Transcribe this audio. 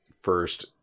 first